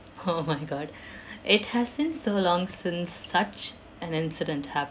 oh my god it has been so long since such an incident